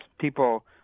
People